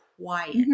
quiet